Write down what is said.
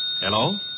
Hello